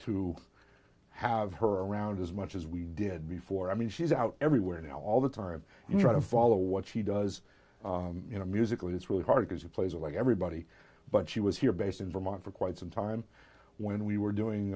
to have her around as much as we did before i mean she's out everywhere now all the time and try to follow what she does you know musically it's really hard because it plays like everybody but she was here based in vermont for quite some time when we were doing